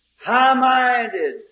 high-minded